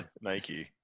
Nike